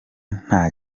nta